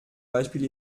beispiel